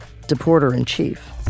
deporter-in-chief